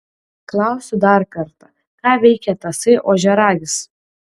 klausiu dar kartą ką veikia tasai ožiaragis